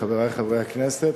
חברי חברי הכנסת,